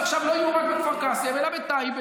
שעכשיו לא יהיו רק בכפר קאסם אלא בטייבה,